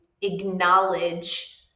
acknowledge